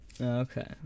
Okay